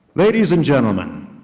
ladies and gentleman,